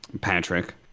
Patrick